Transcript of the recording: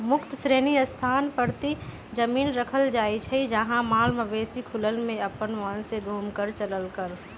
मुक्त श्रेणी स्थान परती जमिन रखल जाइ छइ जहा माल मवेशि खुलल में अप्पन मोन से घुम कऽ चरलक